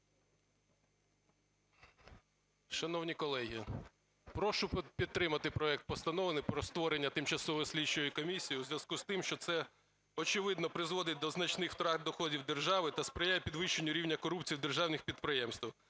Шановні колеги, прошу підтримати проект Постанови про створення тимчасової слідчої комісії у зв'язку з тим, що це, очевидно, призводить до значних втрат доходів держави та сприяє підвищенню рівня корупції в державних підприємствах,